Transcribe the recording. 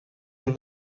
een